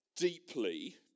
deeply